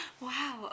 Wow